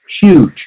huge